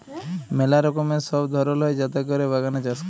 ম্যালা রকমের সব ধরল হ্যয় যাতে ক্যরে বাগানে চাষ ক্যরে